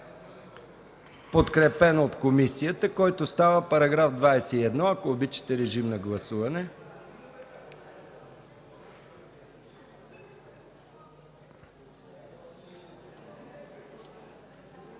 подкрепен от комисията, който става § 21. Ако обичате, режим на гласуване.